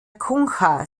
cunha